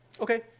Okay